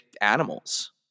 animals